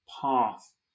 path